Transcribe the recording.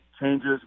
changes